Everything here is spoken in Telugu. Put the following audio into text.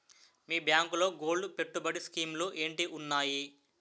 మీ బ్యాంకులో గోల్డ్ పెట్టుబడి స్కీం లు ఏంటి వున్నాయి?